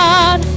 God